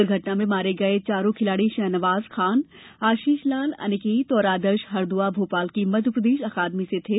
दुर्घटना में मारे गये चारों खिलाड़ी शाहनवाज़ खान आशीष लाल अनिकेत और आदर्श हरदुआ भोपाल की मध्य प्रदेश अकादमी से थे